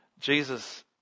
Jesus